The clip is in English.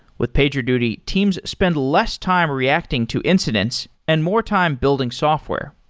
with pagerduty, teams spend less time reacting to incidents and more time building software.